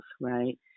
right